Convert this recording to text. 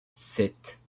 sept